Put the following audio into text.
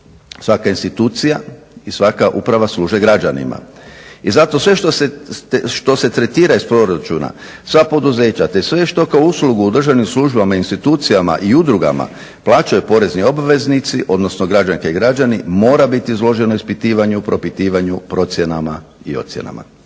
Svaka institucija i svaka uprava služe građanima. I zato sve što se tretira iz proračuna, sva poduzeća te sve što kao uslugu u državnim službama i institucijama i udrugama plaćaju porezni obveznici odnosno građanke i građani mora biti izloženo ispitivanju, propitivanju, procjenama i ocjenama.